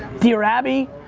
dear abby,